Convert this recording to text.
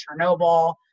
Chernobyl